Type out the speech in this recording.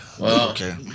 okay